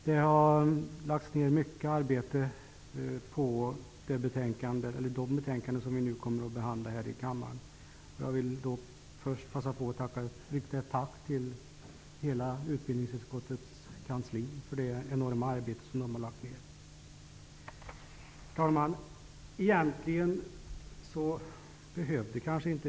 Det har lagts ned mycket arbete på de betänkanden vi i dag skall behandla i kammaren, och jag vill passa på att rikta ett tack till utbildningsutskottets kansli för det enorma arbete som där har lagts ned. Herr talman!